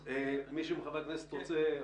מישהו מחברי הכנסת רוצה לדבר?